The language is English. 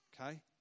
okay